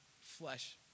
flesh